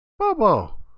Bobo